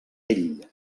ell